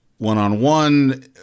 one-on-one